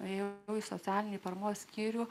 ėjau į socialinės paramos skyrių